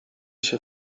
się